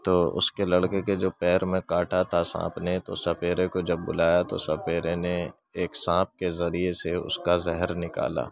تو اس کے لڑکے کے جو پیر میں کاٹا تھا سانپ نے تو سپیرے کو جب بلایا تو سپیرے نے ایک سانپ کے ذریعے سے اس کا زہر نکالا